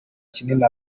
kinini